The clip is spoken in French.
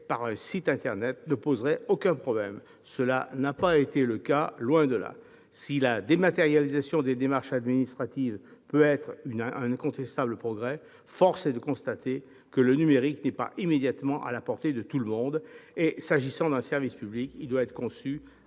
par un site internet ne poserait aucun problème : cela n'a pas été le cas, loin de là. Si la dématérialisation des démarches administratives peut être un incontestable progrès, force est de constater que le numérique n'est pas immédiatement à la portée de tout le monde. S'agissant d'un service public, il doit être conçu